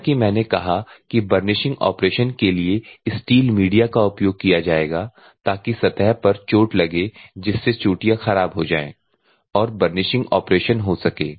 जैसा कि मैंने कहा कि बर्निशिंग ऑपरेशन के लिए स्टील मीडिया का उपयोग किया जाएगा ताकि सतह पर चोट लगे जिससे चोटियां खराब हो जाएं और बर्निशिंग ऑपरेशन हो सके